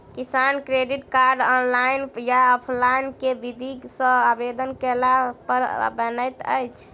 किसान credit card, online या offline केँ विधि सँ आवेदन कैला पर बनैत अछि?